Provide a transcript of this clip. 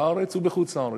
בארץ ובחוץ-לארץ,